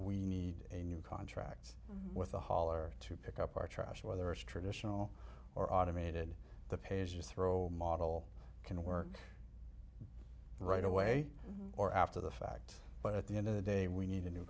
we need a new contract with the hauler to pick up our trash whether it's traditional or automated the pay as you throw model can work right away or after the fact but at the end of the day we need a new